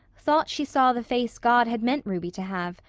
thought she saw the face god had meant ruby to have,